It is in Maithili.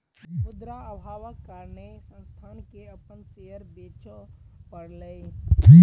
मुद्रा अभावक कारणेँ संस्थान के अपन शेयर बेच पड़लै